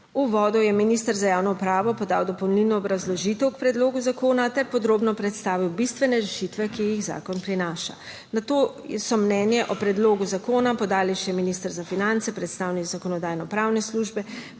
V uvodu je minister za javno upravo podal dopolnilno obrazložitev k predlogu zakona ter podrobno predstavil bistvene rešitve, ki jih zakon prinaša. Nato so mnenje o predlogu zakona podali še minister za finance, predstavniki Zakonodajno-pravne službe,